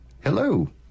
Hello